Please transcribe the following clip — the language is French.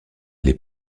les